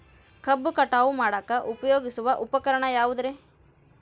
ಕಬ್ಬು ಕಟಾವು ಮಾಡಾಕ ಉಪಯೋಗಿಸುವ ಉಪಕರಣ ಯಾವುದರೇ?